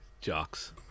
Jocks